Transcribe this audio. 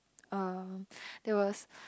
uh there was